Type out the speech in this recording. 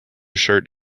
shirt